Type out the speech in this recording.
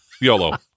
yolo